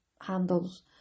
handles